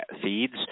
Feeds